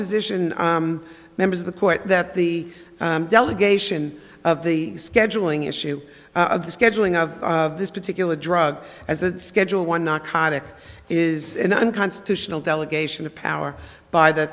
position members of the court that the delegation of the scheduling issue of the scheduling of this particular drug as a schedule one narcotic is unconstitutional delegation of power by the